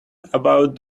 about